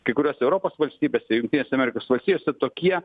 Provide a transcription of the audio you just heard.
kai kuriose europos valstybėse jungtinėse amerikos valstijose tokie